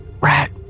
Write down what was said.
Rat